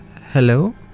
Hello